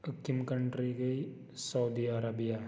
أکِم country گٔے Saudi Arabia